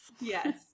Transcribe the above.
Yes